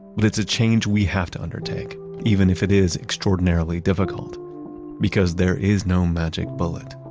that's a change we have to undertake even if it is extraordinarily difficult because there is no magic bullet